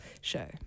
show